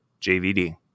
JVD